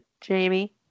Jamie